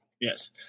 Yes